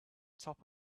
top